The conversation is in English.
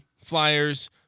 Flyers